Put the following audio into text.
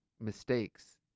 mistakes